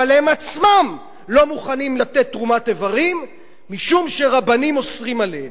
אבל הם עצמם לא מוכנים לתת תרומת איברים משום שרבנים אוסרים עליהם.